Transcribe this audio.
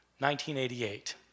1988